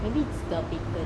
maybe it's the bacon